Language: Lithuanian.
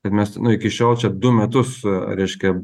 kad mes nu iki šiol čia du metus reiškia